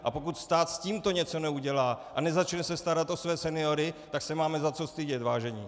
A pokud stát s tímto něco neudělá a nezačne se starat o své seniory, tak se máme za co stydět, vážení!